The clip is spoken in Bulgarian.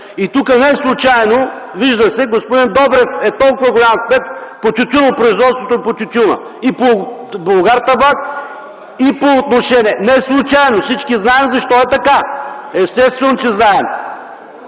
Тук неслучайно се вижда, че господин Добрев е толкова голям спец по тютюнопроизводството, по тютюна, по „Булгартабак”. Неслучайно всички знаем защо е така. Естествено, че знаем.